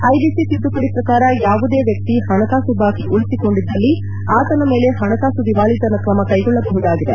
IBC ತಿದ್ದುಪಡಿ ಪ್ರಕಾರ ಯಾವುದೇ ವ್ಯಕ್ತಿ ಹಣಕಾಸು ಬಾಕಿ ಉಳಿಸಿಕೊಂಡಿದ್ದಲ್ಲಿ ಆತನ ಮೇಲೆ ಹಣಕಾಸು ದಿವಾಳಿತನ ಕ್ರಮ ಕ್ಲೆಗೊಳ್ಳಬಹುದಾಗಿದೆ